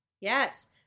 Yes